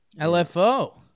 LFO